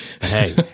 Hey